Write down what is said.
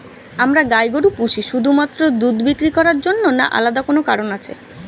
আমরা গাই গরু পুষি শুধুমাত্র দুধ বিক্রি করার জন্য না আলাদা কোনো কারণ আছে?